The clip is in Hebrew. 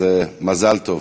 מזל טוב.